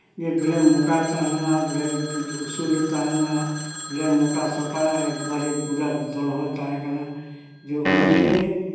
ᱮᱠᱵᱟᱨᱮ ᱢᱳᱴᱟᱭ ᱛᱟᱦᱮᱸ ᱠᱟᱱᱟ ᱮᱠᱵᱟᱨᱮ ᱩᱥᱩᱞᱮ ᱛᱟᱦᱮᱸ ᱠᱟᱱᱟ ᱮᱠᱵᱟᱨᱮ ᱢᱳᱴᱟᱥᱳᱴᱟ ᱮᱠᱵᱟᱨᱮ ᱯᱩᱨᱟᱹ ᱫᱚᱲᱦᱚᱭ ᱛᱟᱦᱮᱸ ᱠᱟᱱᱟ ᱡᱮ ᱩᱱᱤᱜᱮ